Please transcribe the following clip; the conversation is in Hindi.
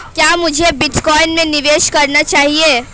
क्या मुझे बिटकॉइन में निवेश करना चाहिए?